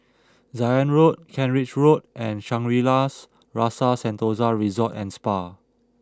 Zion Road Kent Ridge Road and Shangri La's Rasa Sentosa Resort and Spa